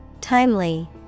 Timely